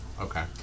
Okay